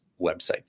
website